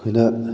ꯑꯩꯈꯣꯏꯅ